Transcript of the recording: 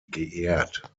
geehrt